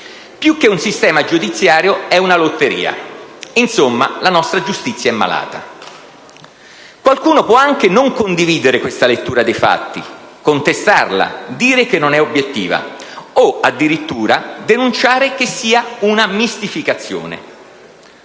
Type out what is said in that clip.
Più che un sistema giudiziario è una lotteria. Insomma, la nostra giustizia è malata. Qualcuno può anche non condividere questa lettura dei fatti, contestarla, dire che non è obiettiva o addirittura denunciare che sia una mistificazione.